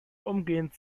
umgehend